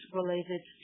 related